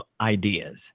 ideas